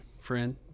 friend